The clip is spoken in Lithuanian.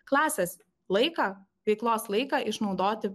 klasės laiką veiklos laiką išnaudoti